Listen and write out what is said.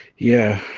yeah,